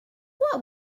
what